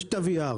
יש VR,